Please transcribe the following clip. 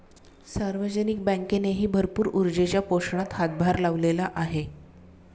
सार्वजनिक बँकेनेही भरपूर ऊर्जेच्या पोषणात हातभार लावलेला आहे